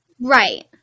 Right